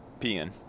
peeing